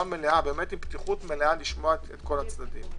מלאה בפתיחות מלאה לשמוע את כל הצדדים.